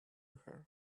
her